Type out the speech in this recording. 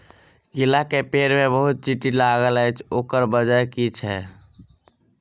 केला केँ पेड़ मे बहुत चींटी लागल अछि, ओकर बजय की छै?